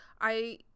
I-